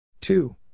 Two